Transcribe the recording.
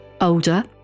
older